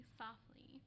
softly